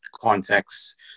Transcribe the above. context